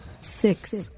Six